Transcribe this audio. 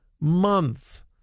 month